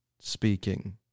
speaking